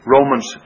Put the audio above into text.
Romans